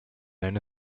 known